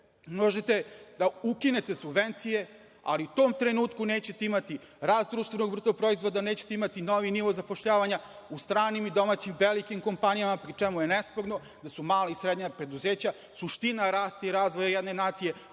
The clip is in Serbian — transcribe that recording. Možete da ukinete subvencije, ali u tom trenutku nećete imati rast BDP, nećete imati novi nivo zapošljavanja u stranim i domaćim velikim kompanijama pri čemu je nesporno da su mala i srednja preduzeća suština rasta i razvoja jedne nacije.